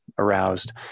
aroused